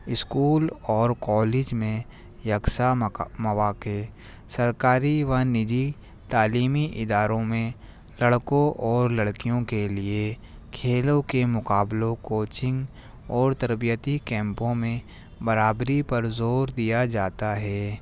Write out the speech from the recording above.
school اور college میں یکساں مواقع سرکاری و نجی تعلیمی اداروں میں لڑکوں اور لڑکیوں کے لیے کھیلوں کے مقابلوں کوچنگ اور تربیتی کیمپوں میں برابری پر زور دیا جاتا ہے